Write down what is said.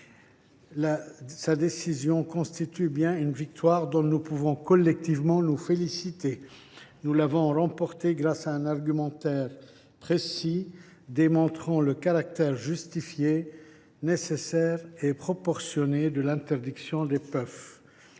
sa décision constitue une victoire dont nous pouvons collectivement nous féliciter. Nous l’avons emporté grâce à un argumentaire précis démontrant le caractère justifié, nécessaire et proportionné de l’interdiction des puffs.